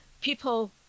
people